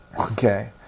Okay